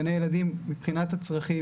גני ילדים מבחינת הצרכים,